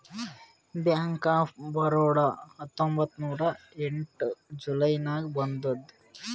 bank of Baroda ಹತ್ತೊಂಬತ್ತ್ ನೂರಾ ಎಂಟ ಜುಲೈ ನಾಗ್ ಬಂದುದ್